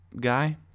guy